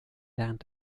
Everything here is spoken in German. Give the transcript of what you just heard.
während